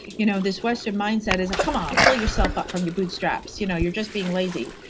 you know, this western mindset is, come on, pull yourself up from your boot straps. you know you're just being lazy.